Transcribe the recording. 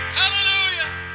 hallelujah